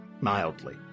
mildly